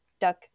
duck